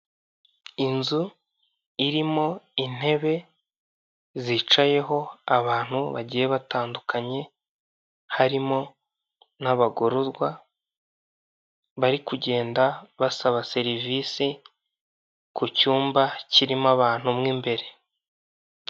Inzu irimo intebe zicayeho abantu bagiye batandukanye, harimo n'abagororwa bari kugenda basaba serivisi ku cyumba kirimo abantu mo imbere.